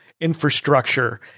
infrastructure